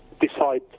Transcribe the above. decide